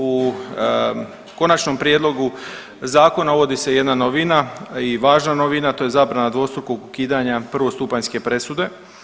U konačnom prijedlogu zakona uvodi se jedna novina i važna novina, a to je zabrana dvostrukog ukidanja prvostupanjske presude.